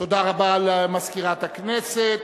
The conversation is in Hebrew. תודה רבה למזכירת הכנסת.